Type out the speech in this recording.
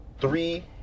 three